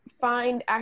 find